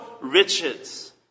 riches